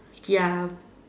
ya